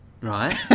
right